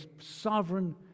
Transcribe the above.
sovereign